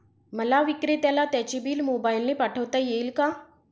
मला विक्रेत्याला त्याचे बिल मोबाईलने पाठवता येईल का?